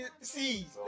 see